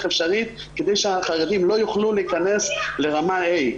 אפשרית כדי שהחרדים לא יוכלו להיכנס לרמה ה'.